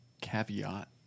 caveat